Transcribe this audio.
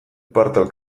partal